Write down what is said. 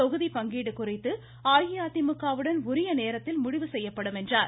தொகுதி பங்கீடு குறித்து அஇஅதிமுக வுடன் உரிய நேரத்தில் முடிவு செய்யப்படும் என்றார்